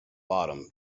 bottom